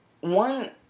One